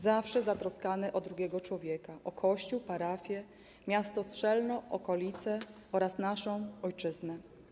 Zawsze zatroskany o drugiego człowieka, o kościół, parafię, miasto Strzelno, okolice oraz naszą ojczyznę.